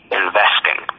investing